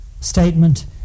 statement